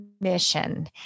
mission